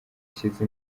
ashyize